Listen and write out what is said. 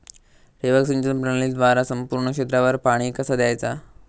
ठिबक सिंचन प्रणालीद्वारे संपूर्ण क्षेत्रावर पाणी कसा दयाचा?